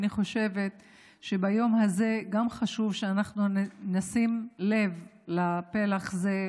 אני חושבת שביום הזה גם חשוב שאנחנו נשים לב לפלח הזה,